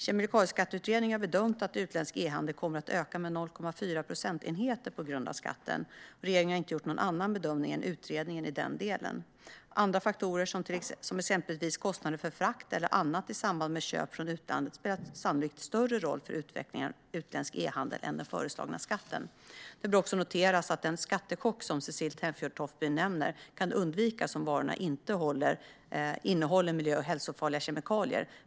Kemikalieskatteutredningen har bedömt att utländsk e-handel kommer att öka med 0,4 procentenheter på grund av skatten. Regeringen har inte gjort någon annan bedömning än utredningen i den delen. Andra faktorer, exempelvis kostnader för frakt eller annat i samband med köp från utlandet, spelar sannolikt större roll för utvecklingen av utländsk e-handel än den föreslagna skatten. Det bör också noteras att den "skattechock" som Cecilie Tenfjord-Toftby nämner kan undvikas om varorna inte innehåller miljö och hälsofarliga kemikalier.